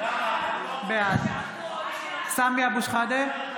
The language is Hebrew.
בעד סמי אבו שחאדה,